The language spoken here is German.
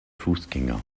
fußgänger